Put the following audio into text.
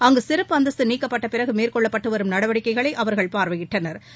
அங்கு சிறப்பு அந்தஸ்து நீக்கப்பட்ட பிறகு மேற்கொள்ளப்பட்டு வரும் நடவடிக்கைகளை அவா்கள் பார்வையிட்டனா்